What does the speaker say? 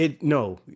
No